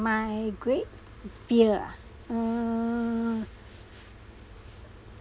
my great fear ah uh